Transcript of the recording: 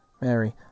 Mary